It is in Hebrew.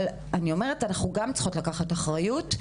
אבל גם אנחנו צריכות לקחת אחריות.